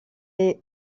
est